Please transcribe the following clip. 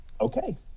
okay